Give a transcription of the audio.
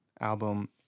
album